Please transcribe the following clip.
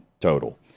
total